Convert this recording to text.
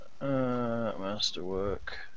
Masterwork